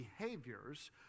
behaviors